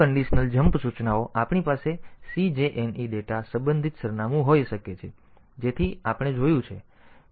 વધુ conditional jump સૂચનાઓ આપણી પાસે CJNE ડેટા સંબંધિત સરનામું હોઈ શકે છે જેથી આપણે જોયું છે